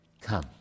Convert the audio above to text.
come